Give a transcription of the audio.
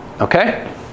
Okay